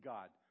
God